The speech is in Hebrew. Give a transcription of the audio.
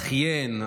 מתבכיין.